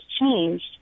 changed